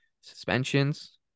suspensions